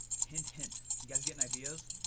hint hint, you guys getting ideas?